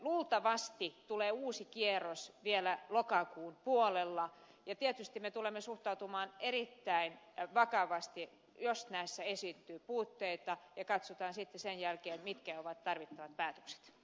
luultavasti tulee uusi kierros vielä lokakuun puolella ja tietysti me tulemme suhtautumaan erittäin vakavasti jos näissä esiintyy puutteita ja katsotaan sitten sen jälkeen mitkä ovat tarvittavat päätökset